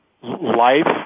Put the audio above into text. life